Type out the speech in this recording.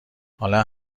حالا